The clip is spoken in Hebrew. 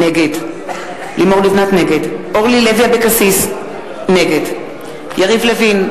נגד אורלי לוי אבקסיס, נגד יריב לוין,